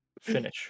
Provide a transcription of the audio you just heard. finish